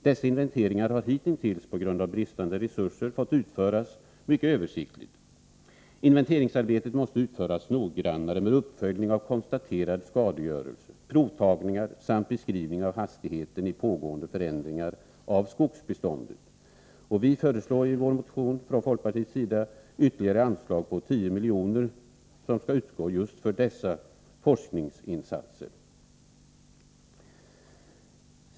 Dessa inventeringar har hitintills på grund av brist på resurser fått utföras mycket översiktligt. Inventeringsarbetet måste utföras noggrannare med uppföljning av konstaterad skadegörelse, provtagningar samt beskrivning av hastigheten i pågående förändringar av skogsbeståndet. Vi föreslår i vår motion från folkpartiet att ytterligare anslag på 10 milj.kr. skall utgå för dessa forskningsinsatser.